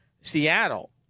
Seattle